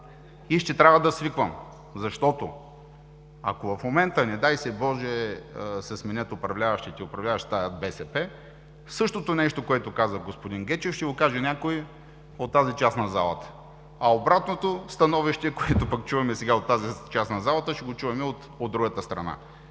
и ще трябва да свиквам, защото ако в момента, не дай си Боже, се сменят управляващите, и управляващи станат от БСП, същото, което каза господин Гечев, ще го каже някой от тази част на залата. А обратното становище, което сега чуваме от тази част на залата, ще го чуем от другата страна.